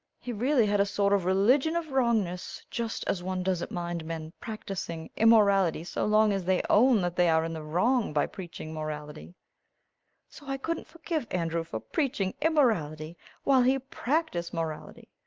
he really had a sort of religion of wrongness just as one doesn't mind men practising immorality so long as they own that they are in the wrong by preaching morality so i couldn't forgive andrew for preaching immorality while he practised morality.